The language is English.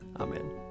Amen